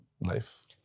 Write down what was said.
life